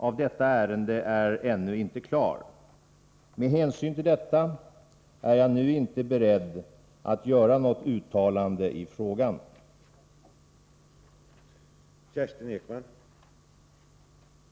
Avser statsrådet att föreslå regeringen att ålägga domänverket att omedelbart stoppa den pågående avverkningen?